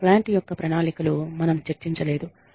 plant యొక్క ప్రణాళికలు మనం చర్చించలేదు